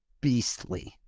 beastly